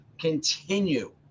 continue